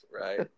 Right